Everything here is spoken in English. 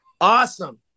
Awesome